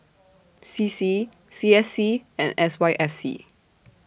C C C S C and S Y F C